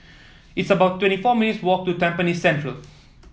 it's about twenty four minutes' walk to Tampines Central